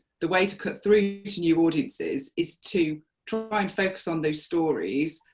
the way to cut through to new audiences is to try and focus on those stories,